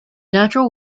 natural